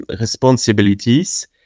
Responsibilities